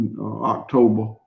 october